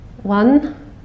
One